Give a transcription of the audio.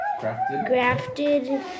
grafted